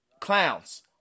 clowns